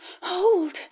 Hold